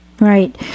right